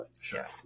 Sure